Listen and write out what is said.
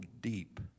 deep